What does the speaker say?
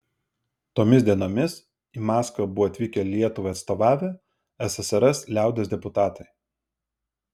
tomis dienomis į maskvą buvo atvykę lietuvai atstovavę ssrs liaudies deputatai